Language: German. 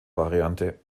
variante